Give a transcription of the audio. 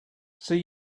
see